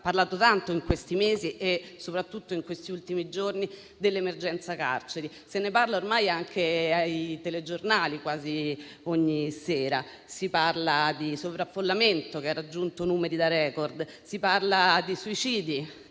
è parlato tanto, in questi mesi e soprattutto in questi ultimi giorni, dell'emergenza carceri, se ne parla ormai anche nei telegiornali quasi ogni sera. Si parla del sovraffollamento che ha raggiunto numeri da *record*, di suicidi